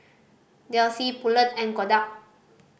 Delsey Poulet and Kodak